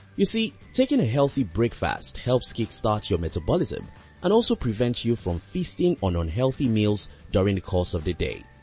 you see, taking a healthy breakfast helps kick start your metabolism and also prevents you from feasting on unhealthy meals during the course of the day.